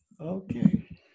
Okay